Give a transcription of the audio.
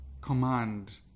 command